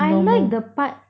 I like the part